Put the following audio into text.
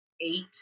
eight